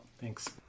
Thanks